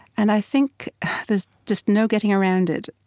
and i think there's just no getting around it.